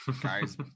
guys